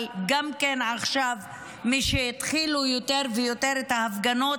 אבל עכשיו גם מי שהתחילו יותר ויותר את ההפגנות,